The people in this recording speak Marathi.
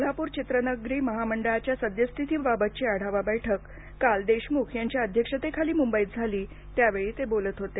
कोल्हापूर चित्रनगरी महामंडळाच्या सद्यस्थितीबाबतचा आढावा बैठक काल देशमुख यांच्या अध्यक्षतेखाली मुंबईत झाली त्यावेळी ते बोलत होते